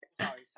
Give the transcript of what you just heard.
Sorry